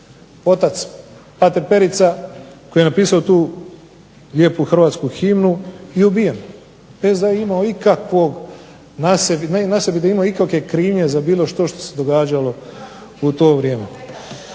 Otac pater Perica koji je napisao tu lijepu hrvatsku himnu je ubijen bez da je imao ikakvog na sebi, na sebi da je imao ikake krivnje za bilo što što se događalo u to vrijeme.